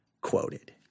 quoted